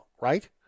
right